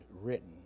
written